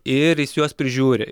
ir jis juos prižiūri